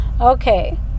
okay